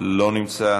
אינו נוכח,